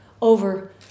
over